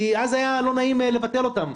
כי אז היה לא נעים לבטל אותם.